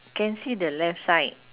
can see the left side